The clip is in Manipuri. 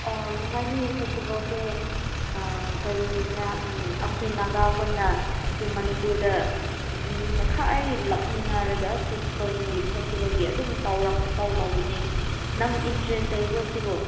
ꯑꯥ ꯂꯨꯏꯉꯥꯏꯅꯤ ꯐꯦꯁꯇꯤꯕꯦꯜꯁꯦ ꯀꯔꯤ ꯍꯥꯏꯁꯤꯔꯥ ꯑꯩꯈꯣꯏ ꯅꯥꯒꯥ ꯈꯣꯏꯅ ꯁꯤ ꯃꯅꯤꯄꯨꯔꯗ ꯃꯤ ꯃꯈꯩ ꯂꯥꯛꯃꯤꯟꯅꯔꯒ ꯁꯤꯗ ꯁꯣꯋꯤꯡꯒꯤ ꯐꯦꯁꯇꯤꯕꯦꯜꯒꯤ ꯑꯗꯨꯝ ꯇꯧꯕꯅꯤ ꯅꯪ ꯏꯟꯇ꯭ꯔꯦꯁ ꯂꯩꯕ꯭ꯔꯣ ꯁꯤꯕꯣ